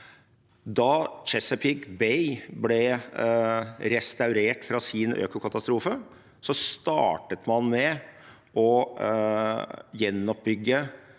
Da Chesapeake Bay ble restaurert fra sin økokatastrofe, startet man med å gjenoppbygge